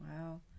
Wow